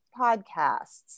podcasts